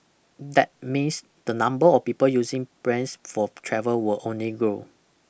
that means the number of people using planes for travel will only grow